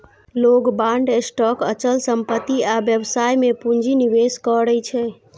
लोग bond, stock, अचल संपत्ति आ व्यवसाय मे पूंजी निवेश करै छै